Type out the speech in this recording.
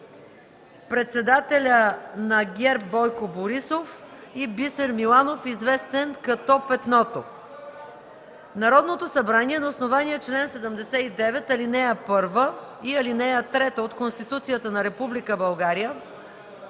председателя на ГЕРБ Бойко Борисов и Бисер Миланов, известен като Петното Народното събрание на основание чл. 79, ал. 1 и ал. 3 от Конституцията на